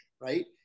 right